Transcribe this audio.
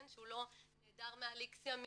שהוא לא נעדר מעל X ימים,